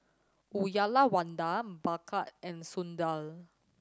Uyyalawada Bhagat and Sundar